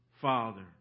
Father